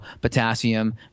potassium